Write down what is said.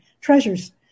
treasures